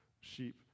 sheep